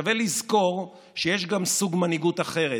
שווה לזכור שיש גם סוג מנהיגות אחר,